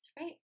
right